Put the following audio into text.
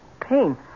Pain